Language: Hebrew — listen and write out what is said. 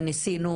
ניסינו